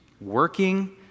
working